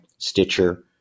stitcher